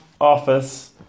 office